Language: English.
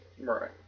Right